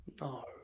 No